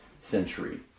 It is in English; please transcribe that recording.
century